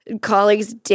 colleagues